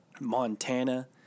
Montana